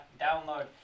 download